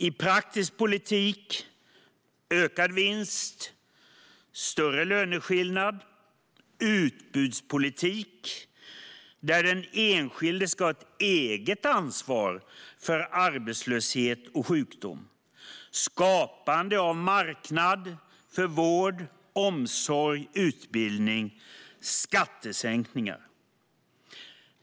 I praktisk politik handlar det om ökad vinst, större löneskillnader och utbudspolitik, där den enskilde ska ha ett eget ansvar för arbetslöshet och sjukdom. Det är skapande av marknad för vård, omsorg och utbildning, och det är skattesänkningar.